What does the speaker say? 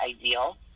ideal